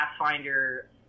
pathfinder